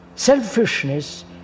Selfishness